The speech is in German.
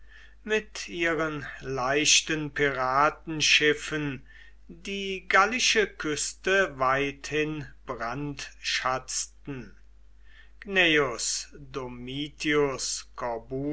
mit ihren leichten piratenschiffen die gallische küste weithin brandschatzten gnaeus domitius